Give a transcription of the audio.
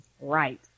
Right